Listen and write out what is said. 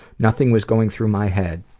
nothing was going through my head.